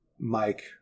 Mike